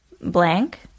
blank